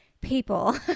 people